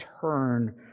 turn